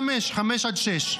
בני חמש, חמש עד שש.